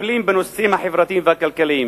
המטפלים בנושאים החברתיים והכלכליים,